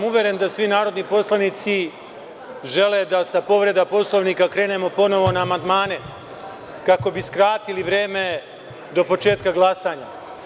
Uveren sam da svi narodni poslanici žele da sa povreda Poslovnika krenemo ponovo na amandmane, kako bi skratili vreme do početka glasanja.